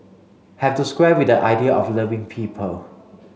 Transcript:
have to square with the idea of loving people